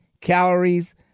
calories